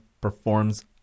performs